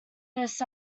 this